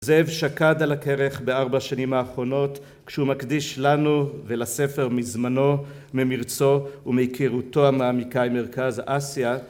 זאב שקד על הכרך בארבע שנים האחרונות כשהוא מקדיש לנו ולספר מזמנו, ממרצו ומהיכרותו המעמיקה עם מרכז אסיה